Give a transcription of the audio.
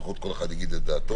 לפחות כל אחד יגיד את דעתו.